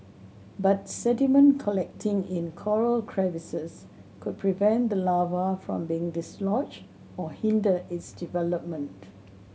but sediment collecting in coral crevices could prevent the larva from being dislodged or hinder its development